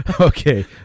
okay